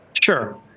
Sure